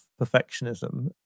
perfectionism